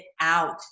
out